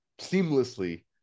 seamlessly